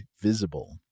Visible